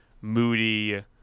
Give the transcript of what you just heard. Moody